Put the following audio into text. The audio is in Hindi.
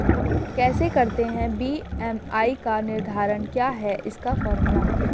कैसे करते हैं बी.एम.आई का निर्धारण क्या है इसका फॉर्मूला?